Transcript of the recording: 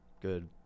good